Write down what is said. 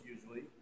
usually